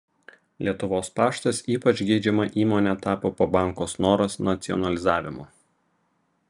lietuvos paštas ypač geidžiama įmone tapo po banko snoras nacionalizavimo